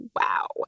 Wow